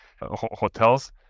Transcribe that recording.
Hotels